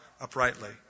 uprightly